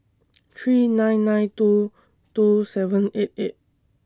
three nine nine two two seven eight eight